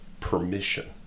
permission